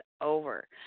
over